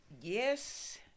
Yes